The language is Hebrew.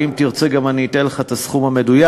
ואם תרצה אני גם אתן לך את הסכום המדויק,